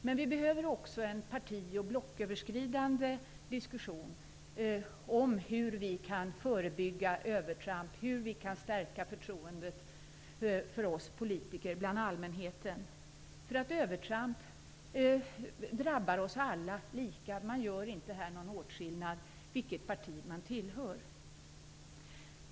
Men vi behöver också en parti och blocköverskridande diskussion om hur vi kan förebygga övertramp och stärka förtroendet bland allmänheten för oss politiker. Övertramp drabbar oss alla lika, oavsett vilket parti vi tillhör. Det görs ingen åtskillnad.